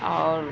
اور